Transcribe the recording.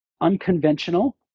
unconventional